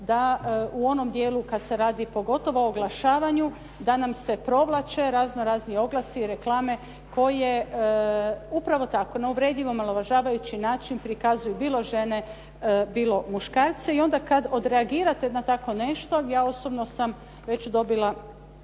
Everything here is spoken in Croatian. da u onom dijelu kada se radi pogotovo o oglašavanju da nam se provlače razno razni oglasi, reklame koje upravo tako na uvredljiv i omalovažavajući način prikazuju bilo žene, bilo muškarce. I onda kada odreagirate na tako nešto ja osobno sam već dobila